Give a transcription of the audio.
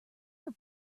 your